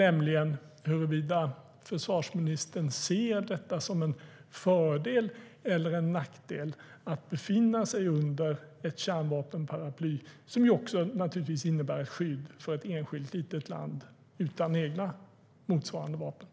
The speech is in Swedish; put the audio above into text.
Frågan är om utrikesministern ser det som en fördel eller en nackdel att befinna sig under ett kärnvapenparaply - som också innebär ett skydd för ett enskilt litet land utan egna motsvarande vapen.